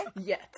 Yes